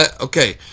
okay